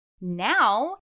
now